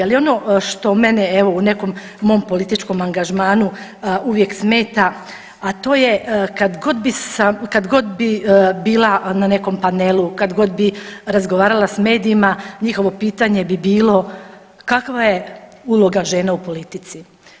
Ali ono što mene evo u nekom mom političkom angažmanu uvijek smeta, a to je kadgod bi bila nekom panelu, kadgod bi razgovarala s medijima njihovo pitanje bi bilo, kakva je uloga žena u politici.